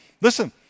Listen